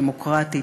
דמוקרטית,